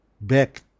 back